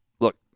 look